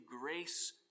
grace